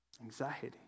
Anxiety